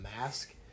mask